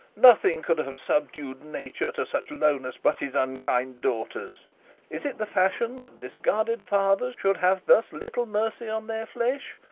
nothing could have subdu'd nature to such a lowness but his unkind daughters is it the fashion that discarded fathers should have thus little mercy on their flesh?